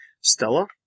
Stella